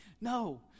No